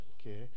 okay